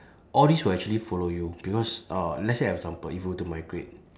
all these will actually follow you because uh let's say example if were to migrate